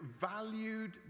valued